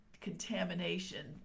contamination